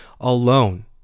alone